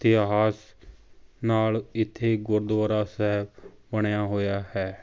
ਇਤਿਹਾਸ ਨਾਲ਼ ਇੱਥੇ ਗੁਰਦੁਆਰਾ ਸਾਹਿਬ ਬਣਿਆ ਹੋਇਆ ਹੈ